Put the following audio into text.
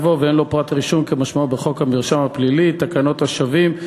יבוא: ואין לו פרט רישום כמשמעו בחוק המרשם הפלילי ותקנת השבים.